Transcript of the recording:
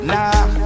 Nah